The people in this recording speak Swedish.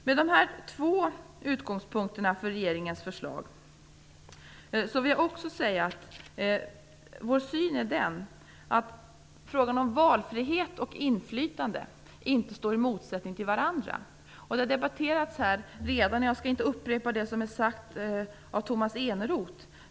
Med dessa två utgångspunkter för regeringens förslag vill jag också säga att vi menar att valfrihet och inflytande inte står i motsättning till varandra. Det har redan debatterats här. Jag skall inte upprepa vad Tomas Eneroth har sagt.